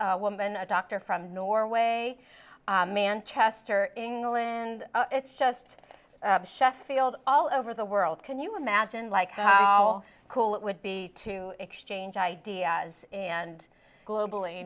a woman a doctor from norway manchester england it's just sheffield all over the world can you imagine like how cool it would be to exchange ideas and globally